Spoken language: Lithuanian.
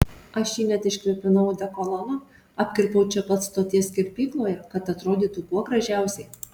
aš jį net iškvėpinau odekolonu apkirpau čia pat stoties kirpykloje kad atrodytų kuo gražiausiai